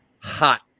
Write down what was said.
hot